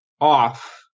off